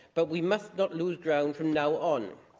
but we must not lose ground from now on.